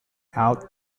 out